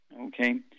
okay